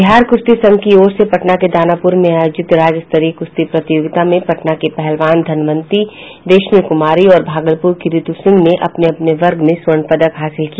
बिहार कुश्ती संघ की ओर से पटना के दानापुर में आयोजित राज्यस्तरीय कुश्ती प्रतियोगिता में पटना की पहलवान धनवंती रेश्मी कुमारी और भागलपुर की रितु सिंह ने अपने अपने वर्ग में स्वर्ण पदक हासिल किया